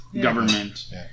government